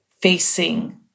facing